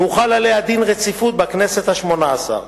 והוחל עליה דין רציפות בכנסת השמונה-עשרה.